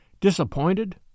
Disappointed